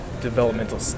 developmental